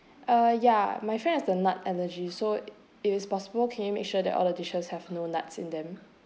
uh ya my friend has the nut energy so if it's possible can you make sure that all the dishes have no nuts in them